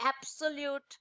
absolute